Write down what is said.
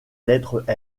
lettre